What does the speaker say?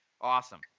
awesome